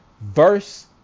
verse